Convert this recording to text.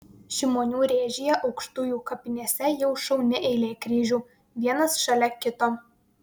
šimonių rėžyje aukštujų kapinėse jau šauni eilė kryžių vienas šalia kito